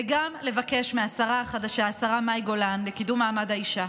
וגם לבקש מהשרה החדשה לקידום מעמד האישה,